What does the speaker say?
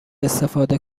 استفاده